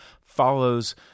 follows